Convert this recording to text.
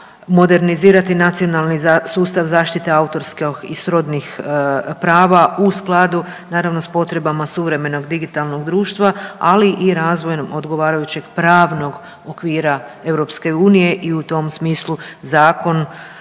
modernizirati nacionalni sustav zaštite autorskih i srodnih prava u skladu s potrebama suvremenog digitalnog društva, ali i razvojem odgovarajućeg pravnog okvira EU i u tom smislu sa